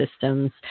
systems